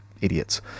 idiots